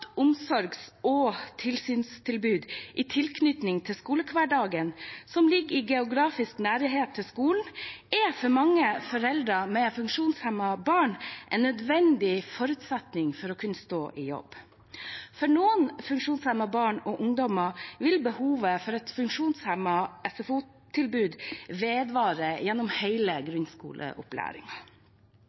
omsorgs- og tilsynstilbud i tilknytning til skoledagen og i geografisk nærhet til skolen er for mange foreldre med funksjonshemmede barn en nødvendig forutsetning for at de kan stå i jobb. For noen funksjonshemmede barn og ungdommer vil behovet for et SFO-tilbud vedvare